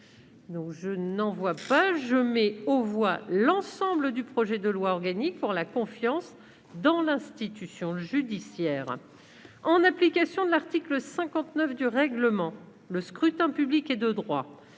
de la commission, modifié, l'ensemble du projet de loi organique pour la confiance dans l'institution judiciaire. En application de l'article 59 du règlement, le scrutin public ordinaire